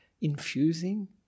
infusing